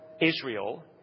Israel